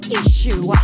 issue